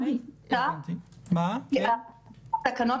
--- התקנות